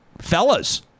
fellas